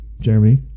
Jeremy